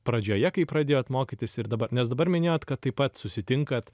pradžioje kai pradėjot mokytis ir dabar nes dabar minėjot kad taip pat susitinkat